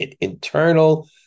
internal